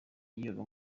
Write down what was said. yigaga